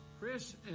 Chris